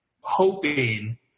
hoping